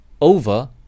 over